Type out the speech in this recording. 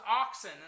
oxen